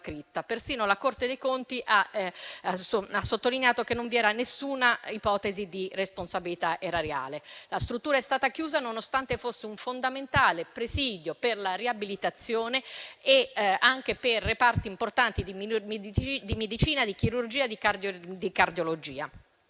Persino la Corte dei conti ha sottolineato che non vi era alcuna ipotesi di responsabilità erariale. La struttura è stata chiusa nonostante fosse un fondamentale presidio per la riabilitazione e per reparti importanti di medicina, di chirurgia e di cardiologia.